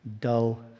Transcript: dull